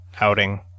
outing